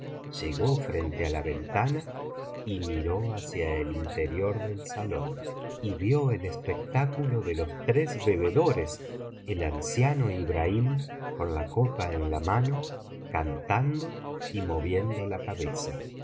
llegó frente á la ventana y miró hacia el interior del salón y vio el espectáculo de los tres bebedores el anciano ibrahim con la copa en la mano cantando y moviendo la cabeza